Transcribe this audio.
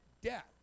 death